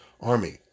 army